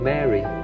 Mary